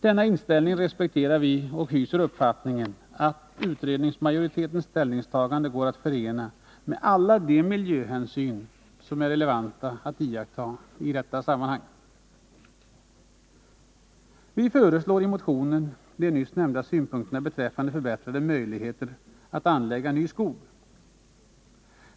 Denna inställning respekterar vi, och vi hyser uppfattningen att utredningsmajoritetens ställningstagande går att förena med alla de miljöhänsyn som är relevanta att iakttaga i detta sammanhang. Vi anför i motionen de nyss nämnda synpunkterna beträffande förbättrade möjligheter att anlägga ny skog.